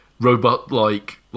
robot-like